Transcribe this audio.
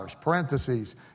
Parentheses